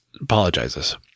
apologizes